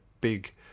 big